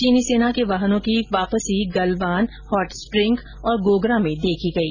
चीनी सेना के वाहनों की वापसी गलवान हॉटस्प्रिंग और गोगरा में देखी गई